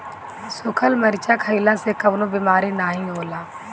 सुखल मरीचा खईला से कवनो बेमारी नाइ होला